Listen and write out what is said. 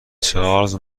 چارلز